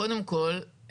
קודם כל,